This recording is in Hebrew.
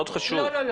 לא, לא.